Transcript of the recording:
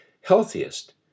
healthiest